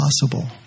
possible